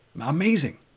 amazing